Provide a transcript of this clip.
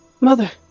Mother